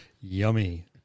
yummy